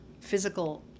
physical